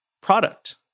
product